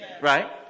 right